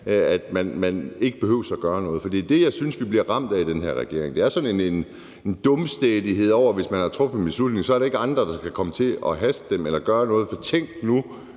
at man ikke behøver at gøre noget. For det, jeg synes, vi bliver ramt af med den her regering, er sådan en dumstædighed, i forhold til at hvis man har truffet en beslutning, er der ikke andre, der skal komme til at jage med en eller gøre noget, for tænk nu,